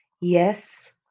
Yes